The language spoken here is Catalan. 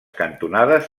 cantonades